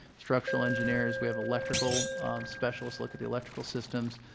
structural engineers. we have electrical specialists look at the electrical systems,